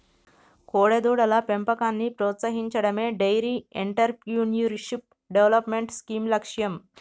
కోడెదూడల పెంపకాన్ని ప్రోత్సహించడమే డెయిరీ ఎంటర్ప్రెన్యూర్షిప్ డెవలప్మెంట్ స్కీమ్ లక్ష్యం